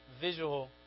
visual